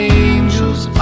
angels